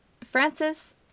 Francis